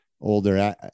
older